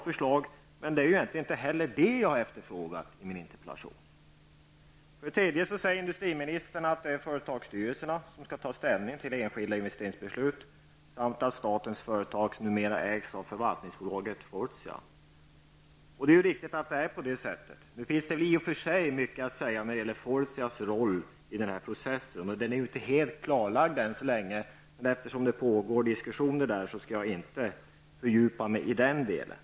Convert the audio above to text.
Förslagen är bra, men inte heller detta har jag efterfrågat i min interpellation. Industriministern sade att det är företagsstyrelserna som skall ta ställning till enskilda investeringsbeslut samt att statens företag numera ägs av förvaltningsbolaget Fortia. Det är riktigt att det förhåller sig så. I och för sig finns det mycket att säga när det gäller Fortias roll i denna process, en roll som ju ännu inte är helt klarlagd. Eftersom det pågår diskussioner, skall jag inte fördjupa mig i den delen.